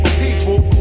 people